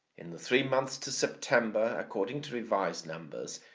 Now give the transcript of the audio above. in the three months to september, according to revised numbers,